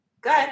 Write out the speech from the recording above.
Good